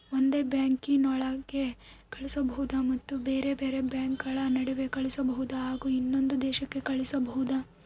ಒಂದೇ ಬ್ಯಾಂಕಿನೊಳಗೆ ಕಳಿಸಬಹುದಾ ಮತ್ತು ಬೇರೆ ಬೇರೆ ಬ್ಯಾಂಕುಗಳ ನಡುವೆ ಕಳಿಸಬಹುದಾ ಹಾಗೂ ಇನ್ನೊಂದು ದೇಶಕ್ಕೆ ಕಳಿಸಬಹುದಾ?